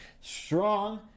strong